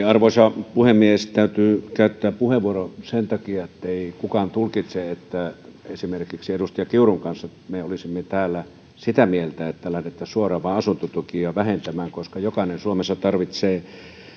arvoisa puhemies täytyy käyttää puheenvuoro sen takia ettei kukaan tulkitse että esimerkiksi edustaja kiurun kanssa me olisimme täällä sitä mieltä että lähdettäisiin suoraan vaan asuntotukia vähentämään jokainen suomessa tarvitsee